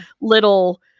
little